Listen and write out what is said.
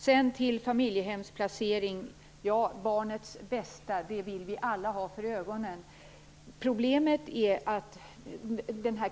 Sedan till frågan om familjehemsplaceringar. Vi vill alla ha barnets bästa för ögonen.